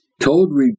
told